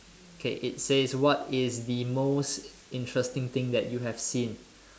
okay it says what is the most interesting thing that you have seen